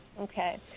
okay